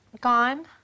Gone